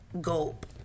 gulp